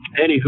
Anywho